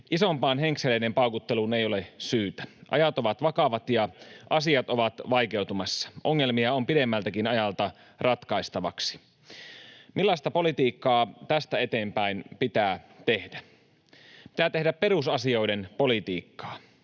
Isompaan henkseleiden paukutteluun ei ole syytä. Ajat ovat vakavat, ja asiat ovat vaikeutumassa. Ongelmia on pidemmältäkin ajalta ratkaistaviksi. Millaista politiikkaa tästä eteenpäin pitää tehdä? Pitää tehdä perusasioiden politiikkaa.